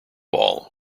all